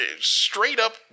straight-up